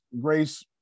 Grace